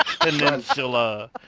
peninsula